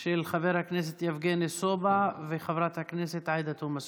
של חבר הכנסת יבגני סובה וחברת הכנסת עאידה תומא סלימאן.